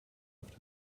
auf